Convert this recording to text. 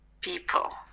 people